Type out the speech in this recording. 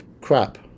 crap